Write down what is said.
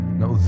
no